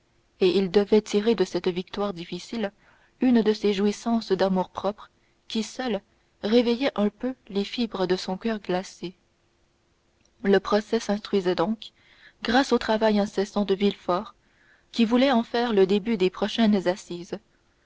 et il devait tirer de cette victoire difficile une de ces jouissances d'amour-propre qui seules réveillaient un peu les fibres de son coeur glacé le procès s'instruisait donc grâce au travail incessant de villefort qui voulait en faire le début des prochaines assises